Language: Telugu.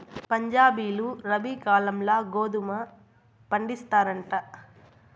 పంజాబీలు రబీ కాలంల గోధుమ పండిస్తారంట